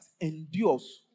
endures